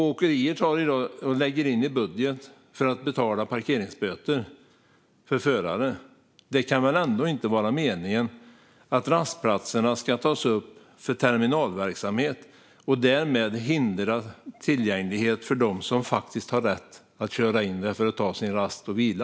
Åkerierna lägger i dag in betalning av parkeringsböter för förarna i budgeten. Det kan väl ändå inte vara meningen att rastplatserna ska användas för terminalverksamhet så att tillgänglighet hindras för dem som har rätt att köra in där för att ta sin rast och vila?